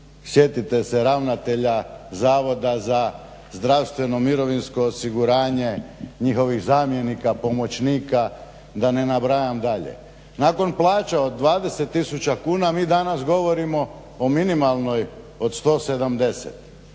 Sjetite se ravnatelja, zavoda za zdravstveno, mirovinsko osiguranje, njihovih zamjenika, pomoćnika, da ne nabrajam dalje. Nakon plaća od 20 tisuća kuna mi danas govorimo o minimalnoj od 170,